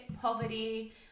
poverty